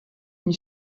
une